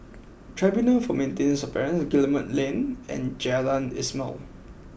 Tribunal for Maintenance of Parents Guillemard Lane and Jalan Ismail